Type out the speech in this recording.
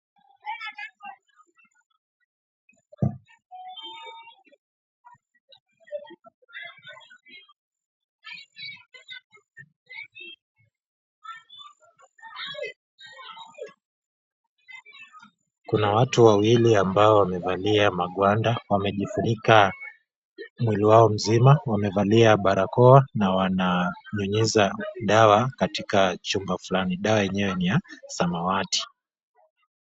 Kuna watu wawili ambao wamevalia magwanda wamejifunika mwili wao mzima, wamevalia barakoa na wananyunyiza dawa katika chumba fulani. Dawa yenyewe ni ya samawati.